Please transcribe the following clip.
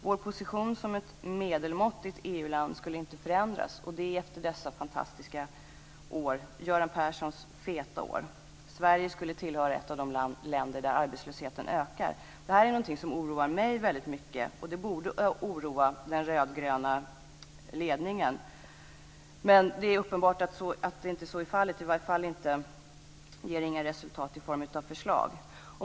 Vår position som ett medelmåttigt EU-land skulle inte förändras. Och det efter dessa fantastiska år - Göran Perssons feta år! Sverige skulle tillhöra de länder där arbetslösheten ökar. Detta är någonting som oroar mig väldigt mycket, och det borde oroa den rödgröna ledningen också. Men uppenbarligen är så inte fallet. I varje fall ger det inga resultat i form av förslag.